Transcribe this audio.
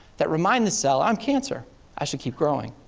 that remind the cell, i'm cancer i should keep growing.